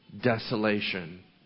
desolation